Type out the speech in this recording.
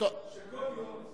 כבוד היושב-ראש,